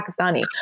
Pakistani